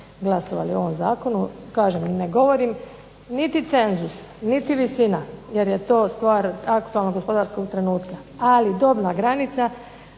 glasovali o ovom zakonu. Kažem i ne govorim niti cenzus, niti visina jer je to stvar aktualnog gospodarskog trenutka, ali dobna granica